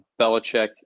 Belichick